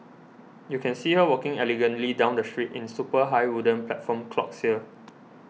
you can see her walking elegantly down the street in super high wooden platform clogs here